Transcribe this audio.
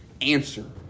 answer